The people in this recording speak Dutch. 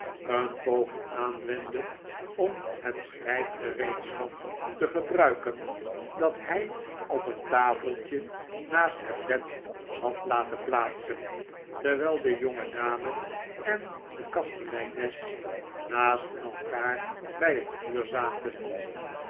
een poging aanwendde om het schrijfgereedschap te gebruiken dat hij op een tafeltje naast het bed had laten plaatsen terwijl de jongedame en de kasteleines naast elkaar bij het vuur zaten